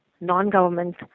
non-government